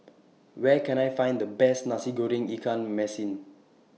Where Can I Find The Best Nasi Goreng Ikan Masin